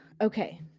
okay